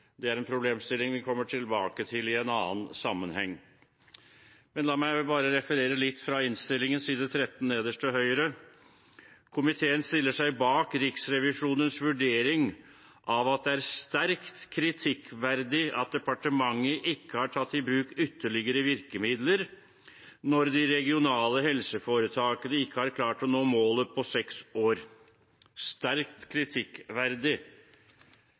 det som vi ønsker. Det er en problemstilling vi kommer tilbake til i en annen sammenheng. La meg referere litt fra innstillingen, side 13, nederst til høyre: «Komiteen stiller seg bak Riksrevisjonens vurdering av at det er sterkt kritikkverdig at departementet ikke har tatt i bruk ytterligere virkemidler når de regionale helseforetakene ikke har klart å nå målet på seks år.» Det står altså «sterkt kritikkverdig».